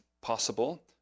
possible